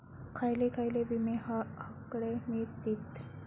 खयले खयले विमे हकडे मिळतीत?